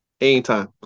anytime